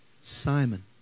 Simon